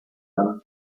dal